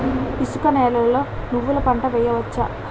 ఇసుక నేలలో నువ్వుల పంట వేయవచ్చా?